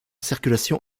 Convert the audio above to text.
circulation